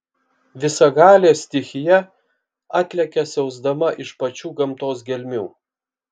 visagalė stichija atlekia siausdama iš pačių gamtos gelmių